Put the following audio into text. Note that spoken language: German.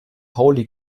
pauli